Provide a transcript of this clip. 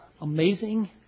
amazing